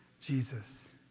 Jesus